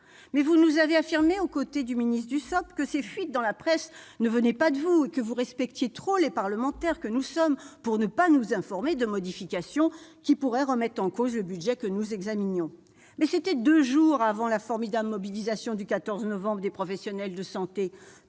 vous nous avez affirmé, aux côtés du secrétaire d'État Dussopt, que ces fuites dans la presse ne venaient pas de vous et que vous respectiez trop les parlementaires que nous sommes pour ne pas nous informer de modifications qui pourraient remettre en cause le budget que nous examinions. Mais cela, c'était deux jours avant la formidable mobilisation des professionnels de santé